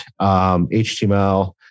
HTML